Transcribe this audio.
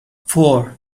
four